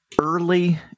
early